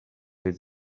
les